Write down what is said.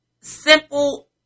simple